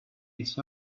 its